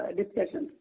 discussion